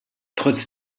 trotz